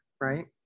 right